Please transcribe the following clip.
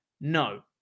No